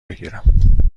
بگیرم